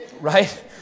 Right